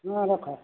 ହଁ ରଖ